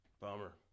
Bummer